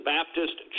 Baptist